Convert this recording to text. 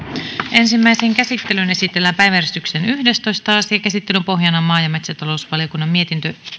ensimmäiseen käsittelyyn esitellään päiväjärjestyksen yhdestoista asia käsittelyn pohjana on maa ja metsätalousvaliokunnan mietintö